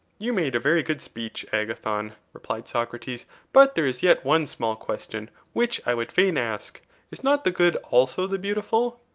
you made a very good speech, agathon, replied socrates but there is yet one small question which i would fain ask is not the good also the beautiful?